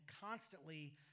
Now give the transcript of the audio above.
constantly